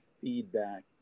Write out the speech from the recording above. feedback